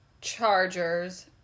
Chargers